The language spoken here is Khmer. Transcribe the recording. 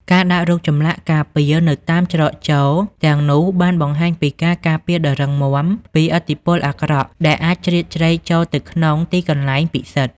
ការដាក់រូបចម្លាក់ការពារនៅតាមច្រកចូលទាំងនោះបានបង្ហាញពីការការពារដ៏រឹងមាំពីឥទ្ធិពលអាក្រក់ដែលអាចជ្រៀតជ្រែកចូលទៅក្នុងទីកន្លែងពិសិដ្ឋ។